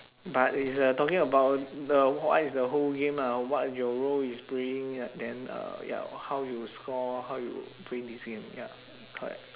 but is uh talking about the what is the whole game ah what your role is playing uh then uh ya how you score how you play this game ya correct